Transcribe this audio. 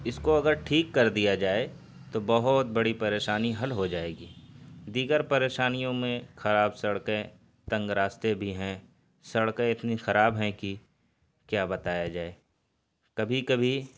اس کو اگر ٹھیک کر دیا جائے تو بہت بڑی پریشانی حل ہو جائے گی دیگر پریشانیوں میں خراب سڑکیں تنگ راستے بھی ہیں سڑکیں اتنی خراب ہیں کہ کیا بتایا جائے کبھی کبھی